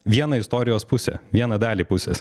vieną istorijos pusę vieną dalį pusės